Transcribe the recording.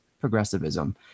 progressivism